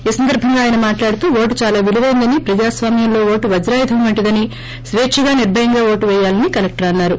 ఈ సందర్బంగా ఆయన మాట్లాడుతూ ఓటు దాలా విలువైనదని ప్రజాస్పామ్యంలో ఓటు వజ్రాయుధం వంటిదని స్వేచ్చగా నిర్బయంగా ఓటు పేయాలని కలెక్టర్ అన్నారు